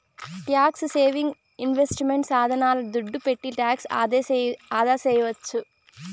tax saving investment సాధనాల దుడ్డు పెట్టి టాక్స్ ఆదాసేయొచ్చు